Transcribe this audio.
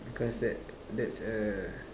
because that that's a